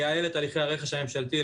לייעל את הליכי הרכש הממשלתי.